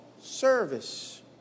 service